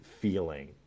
feeling